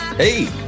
Hey